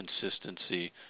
consistency